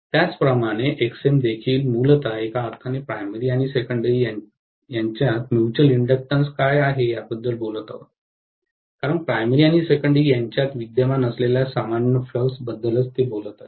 त्याचप्रमाणे Xm देखील मूलत एका अर्थाने प्राइमरी आणि सेकंडेरी यांच्यात म्यूचुअल इंडक्टॅन्स काय आहे याबद्दल बोलत आहे कारण प्राइमरी आणि सेकंडेरी यांच्यात विद्यमान असलेल्या सामान्य फ्लक्स बद्दलच ते बोलत आहे